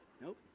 nope